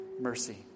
mercy